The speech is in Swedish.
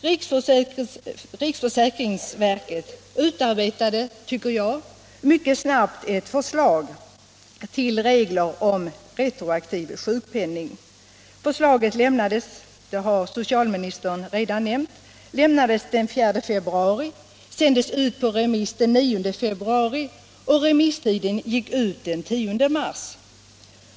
Riksförsäkringsverket utarbetade, tycker jag, mycket snabbt ett förslag till regler om retroaktiv sjukpenning. Förslaget lämnades — det har socialministern redan nämnt — den 4 februari och sändes ut på remiss den 9 februari, och remisstiden gick ut den 10 mars.